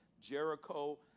Jericho